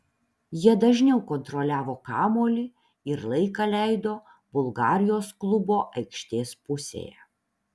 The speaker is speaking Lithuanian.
jie dažniau kontroliavo kamuolį ir laiką leido bulgarijos klubo aikštės pusėje